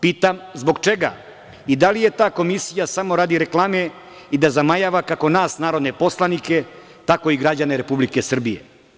Pitam zbog čega i da li je ta Komisija samo radi reklame i da zamajava kako nas narodne poslanike, tako i građane Republike Srbije?